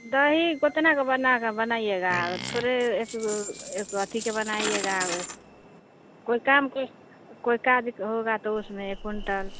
दही कोतना गो बना ग बनाइएगा थोरे एक एक अथी के बनाइएगा एक कोई काम के कोई काजक होगा तो उसमे एक कुंटल